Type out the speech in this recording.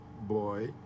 boy